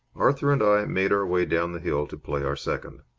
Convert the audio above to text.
arthur and i made our way down the hill to play our second.